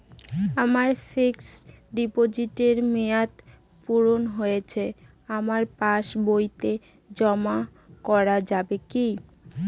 আমার ফিক্সট ডিপোজিটের মেয়াদ পূর্ণ হয়েছে আমার পাস বইতে জমা করা যাবে কি?